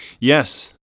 Yes